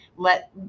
let